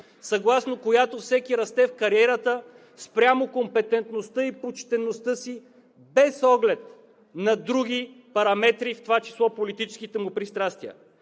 съгласно която всеки расте в кариерата спрямо компетентността и почтеността си, без оглед на други параметри, в това число политическите му пристрастия.